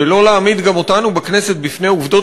ולא להעמיד גם אותנו בכנסת בפני עובדות